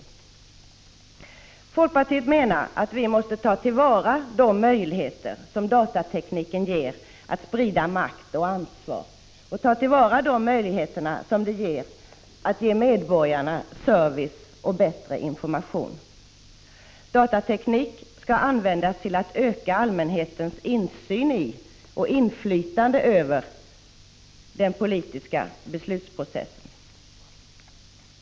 1985/86:53 Folkpartiet menar att vi måste ta till vara de möjligheter som datatekniken 17 december 1985 ger att sprida makt och ansvar och att ge medborgarna service och bättre. a ot information. Datateknik skall användas till att öka allmänhetens ins: "och inflytande över den politiska beslutsprocessen.